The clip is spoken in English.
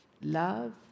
love